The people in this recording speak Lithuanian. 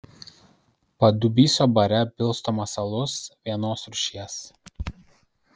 padubysio bare pilstomas alus vienos rūšies